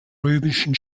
römischen